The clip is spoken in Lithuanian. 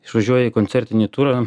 išvažiuoja į koncertinį turą